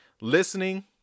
listening